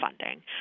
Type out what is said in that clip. funding